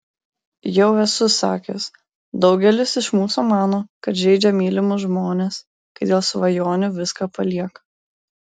jau esu sakęs daugelis iš mūsų mano kad žeidžia mylimus žmones kai dėl svajonių viską palieka